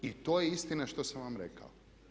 I to je istina što sam vam rekao.